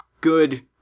good